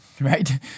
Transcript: right